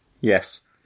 Yes